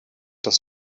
das